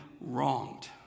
wronged